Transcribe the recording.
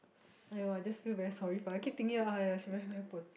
!aiyo! I just feel very sorry for I keep thinking !aiya! she very very poor